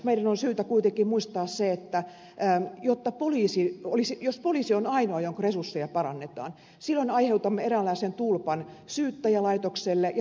meidän on syytä kuitenkin muistaa se että jos poliisi on ainoa jonka resursseja parannetaan silloin aiheutamme eräänlaisen tulpan syyttäjälaitokselle ja tuomioistuinlaitokselle